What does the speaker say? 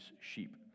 sheep